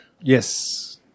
Yes